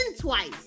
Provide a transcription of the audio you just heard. twice